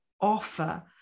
offer